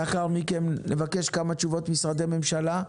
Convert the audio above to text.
לאחר מכן נבקש כמה תשובות משרדי ממשלה,